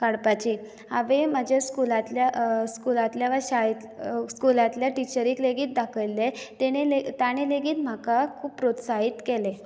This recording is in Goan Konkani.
काडपाची हांवें म्हज्या स्कुलांतल्या स्कुलांतल्यान वा शाळेंतल्या स्कुलांतल्या टिचरीक लेगीत दाखयिल्ला तेंणी लेगीत ताणें लेगीत म्हाका खूब प्रोत्साहीत केलें